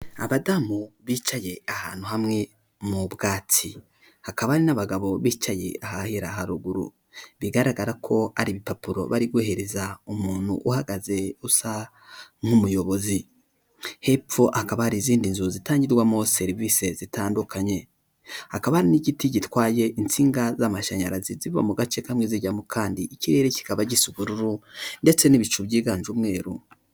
Abadamu bicaye ahantu hamwe mu bwatsi hakaba hari n'abagabo bicaye ahahera haruguru bigaragara ko ari ibipapuro bari guhereza umuntu uhagaze usa nk'umuyobozi, hepfo hakaba hari izindi nzu zitangirwamo serivisi zitandukanye hakaba ari n'igiti gitwaye insinga z'amashanyarazi ziba mu gace kamwe zijyamo kandi ikirere kikaba gisa ubururu ndetse n'ibicu byiganje umweru.